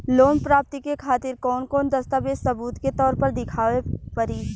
Loan प्राप्ति के खातिर कौन कौन दस्तावेज सबूत के तौर पर देखावे परी?